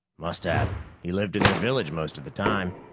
must have. he lived in their village most of the time.